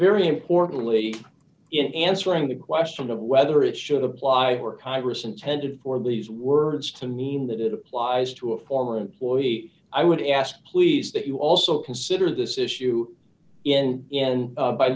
very importantly in answering the question of whether it should apply or congress intended for lee's words to mean that it applies to a former employee i would ask please that you also consider this issue in